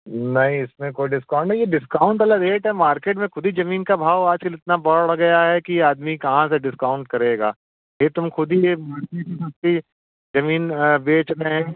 नहीं इसमें कोई डिस्काउंट नहीं यह डिस्काउंट वाला रेट है मार्केट में ख़ुद ही ज़मीन का भाव आज कल इतना बढ़ गया है कि आदमी कहाँ से डिस्काउंट करेगा तुम खुद ही यह इतनी महँगी ज़मीन बेचने